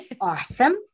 awesome